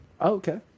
Okay